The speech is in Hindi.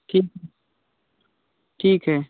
ठीक है ठीक है